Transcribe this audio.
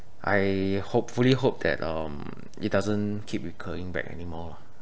I hopefully hope that um it doesn't keep recurring back anymore lah